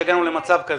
כך שהגענו למצב כזה?